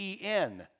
en